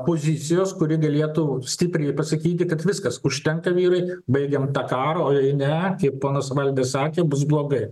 pozicijos kuri galėtų stipriai pasakyti kad viskas užtenka vyrai baigiam tą karą o jei ne kaip ponas valdis sakė bus blogai